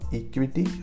equity